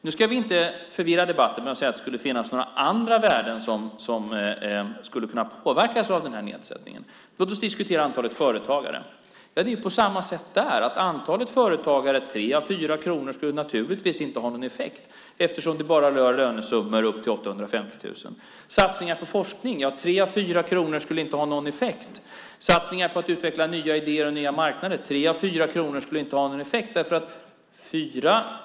Nu ska vi inte förvirra debatten med att säga att det skulle finnas några andra värden som skulle kunna påverkas av den här nedsättningen. Låt oss diskutera antalet företagare! Ja, det är på samma sätt där. När det gäller antalet företagare skulle 3 av 4 kronor naturligtvis inte ha någon effekt eftersom det bara rör lönesummor upp till 850 000. När det gäller satsningar på forskning skulle 3 av 4 kronor inte ha någon effekt. När det gäller satsningar på att utveckla nya idéer och nya marknader skulle 3 av 4 kronor inte ha någon effekt.